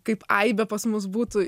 kaip aibė pas mus būtų